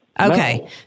Okay